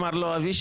אמר לו אבישי,